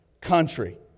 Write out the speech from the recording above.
country